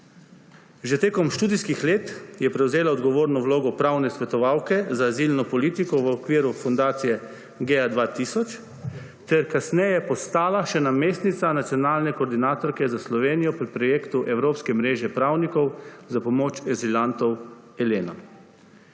Že tekom študijskih let je prevzela odgovorno vlogo pravne svetovalke za azilno politiko v okviru fundacije GEA 2000 ter kasneje postala še namestnica nacionalne koordinatorke za Slovenijo pri projektu evropske mreže pravnikov za pomoč azilantom ELENA.